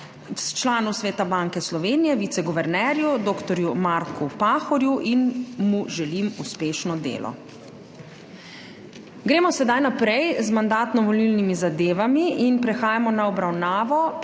članu Sveta Banke Slovenije - viceguvernerju dr. Marku Pahorju in mu želim uspešno delo! Gremo sedaj naprej z Mandatno-volilnimi zadevami in prehajamo na obravnavo